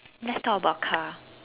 let's talk about car